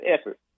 effort